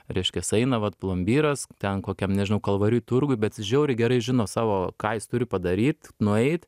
reiškias eina vat plombyras ten kokiam nežinau kalvarijų turguj bet jis žiauriai gerai žino savo ką jis turi padaryt nueit